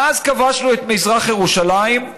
מאז כבשנו את מזרח ירושלים,